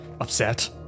upset